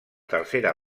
tercera